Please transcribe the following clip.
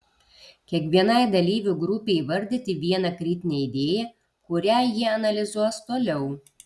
kiekvienai dalyvių grupei įvardyti vieną kritinę idėją kurią jie analizuos toliau